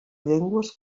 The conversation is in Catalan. llengües